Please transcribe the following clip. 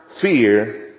fear